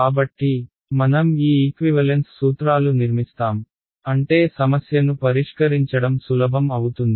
కాబట్టి మనం ఈ ఈక్వివలెన్స్ సూత్రాలు నిర్మిస్తాం అంటే సమస్యను పరిష్కరించడం సులభం అవుతుంది